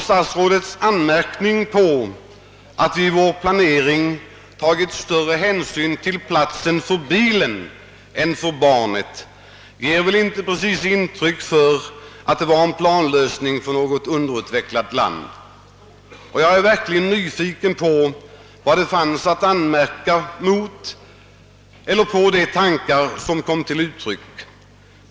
Statsrådets anmärkning på att vi vid vår planering har tagit större hänsyn till platsen för bilen än för barnet ger väl inte precis ett intryck av att det gällde en planlösning för något underutvecklat land. Jag är verkligen nyfiken på vad som finns att anmärka på de tankar som kom till uttryck.